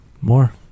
More